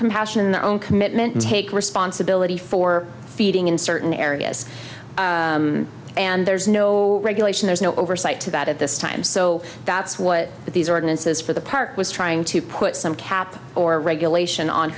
compassion in their own commitment to take responsibility for feeding in certain areas and there's no regulation there's no oversight to that at this time so that's what these ordinances for the park was trying to put some cap or regulation on